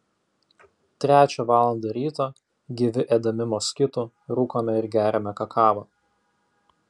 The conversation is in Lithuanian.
trečią valandą ryto gyvi ėdami moskitų rūkome ir geriame kakavą